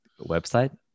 website